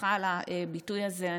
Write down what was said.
סליחה על הביטוי הזה.